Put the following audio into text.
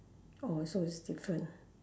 oh so is different